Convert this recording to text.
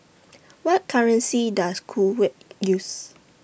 What currency Does Kuwait use